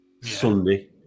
sunday